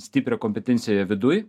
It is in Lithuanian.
stiprią kompetenciją viduj